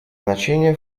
значение